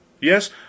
Yes